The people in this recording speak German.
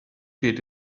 geht